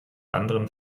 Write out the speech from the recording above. anderen